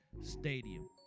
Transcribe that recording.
Stadium